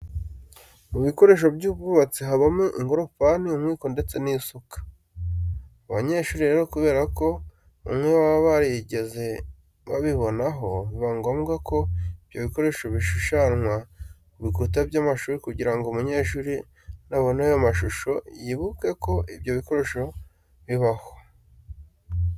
Mu bikoresho by'ubwubatsi habamo ingorofani, umwiko ndetse n'isuka. Abanyeshuri rero kubera ko bamwe baba batarigeze babinaho biba ngombwa ko ibyo bikoresho bishushanwa ku bikuta by'amashuri kugira ngo umunyeshuri nabona ayo mashusho yibuke ko ibyo bikoresho bibaho.